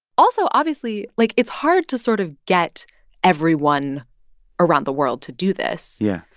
also, obviously, like, it's hard to sort of get everyone around the world to do this. yeah